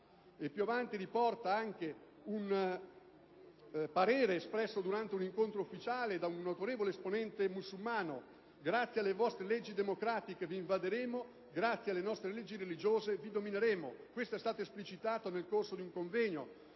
Più avanti riporta anche un parere espresso durante un incontro ufficiale da un autorevole esponente musulmano: «Grazie alle vostre leggi democratiche vi invaderemo; grazie alle nostre leggi religiose vi domineremo». Forse non tutti hanno la consapevolezza